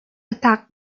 attack